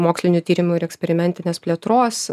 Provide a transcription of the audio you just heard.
mokslinių tyrimų ir eksperimentinės plėtros